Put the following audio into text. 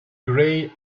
grey